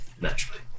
Naturally